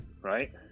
right